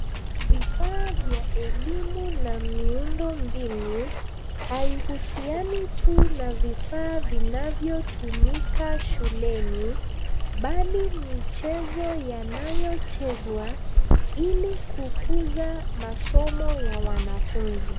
Vifaa vya elimu na miundo na mbinu haihusiani tu na vifaa vinavyotumika shuleni bali michezo yanayochezwa hili kukuza masomo ya wanafunzi.